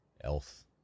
else